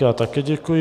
Já také děkuji.